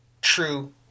true